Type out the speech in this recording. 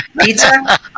pizza